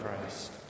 Christ